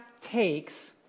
takes